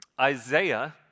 Isaiah